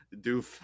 doof